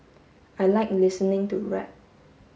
I like listening to rap